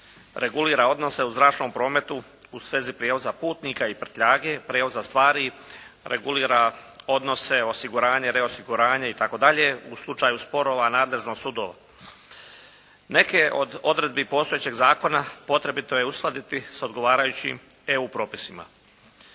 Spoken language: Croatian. regulira odnose u zračnom prometu u svezi prijevoza putnika i prtljage, prijevoza stvari, regulira odnose osiguranja, reosiguranja itd. u slučaju sporova nadležnih sudova. Neke od odredbi postojećeg zakona potrebito je uskladiti sa odgovarajućim EU propisima.